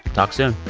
talk soon